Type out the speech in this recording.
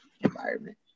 environment